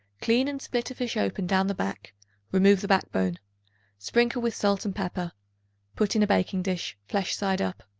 clean and split a fish open down the back remove the backbone sprinkle with salt and pepper put in a baking-dish, flesh side up.